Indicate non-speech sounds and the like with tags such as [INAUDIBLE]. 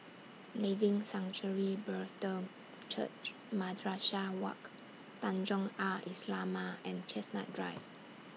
Living Sanctuary Brethren Church Madrasah Wak Tanjong Al Islamiah and Chestnut Drive [NOISE]